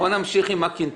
בואו נמשיך רגע עם הקנטור.